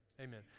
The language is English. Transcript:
Amen